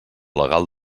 legal